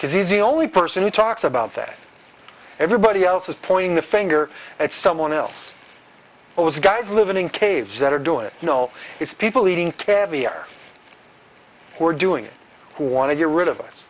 because he's the only person who talks about that everybody else is point the finger at someone else it was guys living in caves that are doing it you know it's people eating caviar who are doing it who want to get rid of us